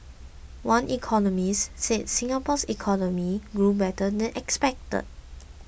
one economist said Singapore's economy grew better than expected